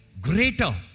greater